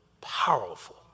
powerful